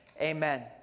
Amen